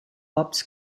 ops